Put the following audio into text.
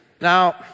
Now